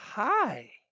Hi